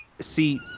see